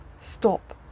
stop